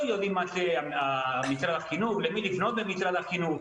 לא יודעים למי לפנות במשרד החינוך.